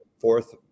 fourth